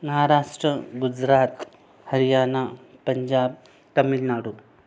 Maharashtra Gujarat Haryana Punjab Tamil Nadu